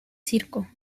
circo